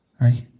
Right